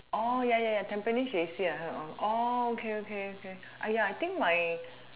oh ya ya ya tampines J_C I heard of oh okay okay ya I think my